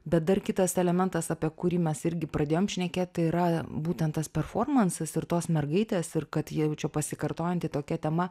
bet dar kitas elementas apie kurį mes irgi pradėjom šnekėt tai yra būtent tas performansas ir tos mergaitės ir kad jau čia pasikartojanti tokia tema